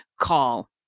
call